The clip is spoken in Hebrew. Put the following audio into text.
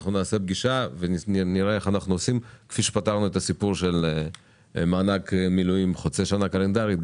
כפי שפתרנו את הסיפור של מענק מילואים חוצה שנה קלנדרית,